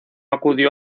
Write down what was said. acudió